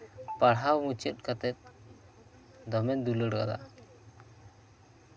ᱯᱟᱲᱦᱟᱣ ᱢᱩᱪᱟᱫ ᱠᱟᱛᱮᱜ ᱫᱚᱢᱮᱧ ᱫᱩᱞᱟᱹᱲ ᱠᱟᱫᱟ